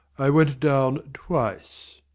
i went down twice.